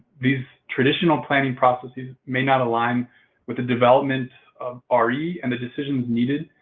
these traditional planning processes may not align with the development of um re and the decisions needed